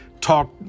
talk